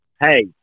hey